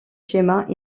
schémas